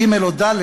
ג' או ד',